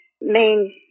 main